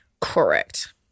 Correct